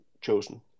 chosen